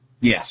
Yes